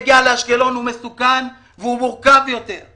אשקלון היא עיר מאוימת והיא באמת המופגזת ביותר.